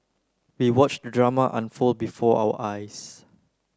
we watched the drama unfold before our eyes